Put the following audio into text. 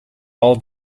all